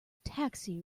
taxi